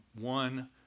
One